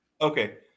Okay